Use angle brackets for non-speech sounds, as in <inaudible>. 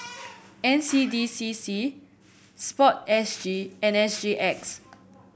<noise> N C D C C sport S G and S G X